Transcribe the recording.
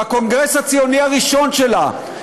בקונגרס הציוני הראשון שלה,